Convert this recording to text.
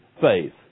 faith